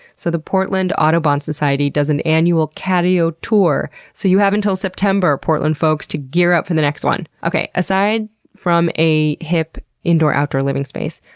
so the portland audubon society does an annual catio tour, so you have until september, portland folks, to gear up for the next one. okay, aside from a hip indoor outdoor living space,